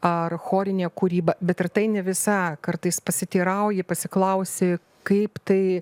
ar chorinė kūryba bet ir tai ne visa kartais pasiteirauji pasiklausi kaip tai